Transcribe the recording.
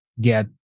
get